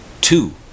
two